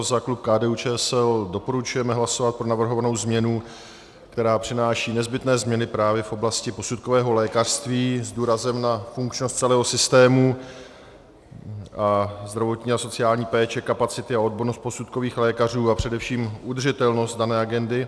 Za klub KDUČSL doporučujeme hlasovat pro navrhovanou změnu, která přináší nezbytné změny právě v oblasti posudkového lékařství s důrazem na funkčnost celého systému zdravotní a sociální péče, kapacity a odbornost posudkových lékařů a především udržitelnost dané agendy.